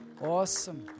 Awesome